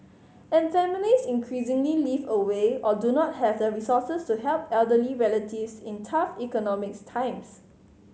and families increasingly live away or do not have the resources to help elderly relatives in tough economics times